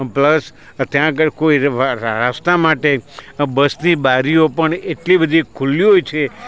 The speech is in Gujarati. પ્લસ ત્યાં આગળ કોઈ રસ્તા માટે બસની બારીઓ પણ એટલી બધી ખુલ્લી હોય છે